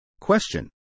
Question